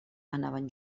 anaven